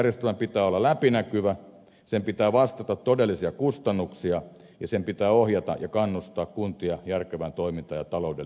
valtionosuusjärjestelmän pitää olla läpinäkyvä sen pitää vastata todellisia kustannuksia ja sen pitää ohjata ja kannustaa kuntia järkevään toimintaan ja taloudellisuuteen